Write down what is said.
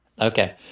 Okay